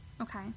okay